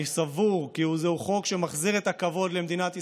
אני סבור כי זהו חוק שמחזיר את הכבוד למדינת ישראל,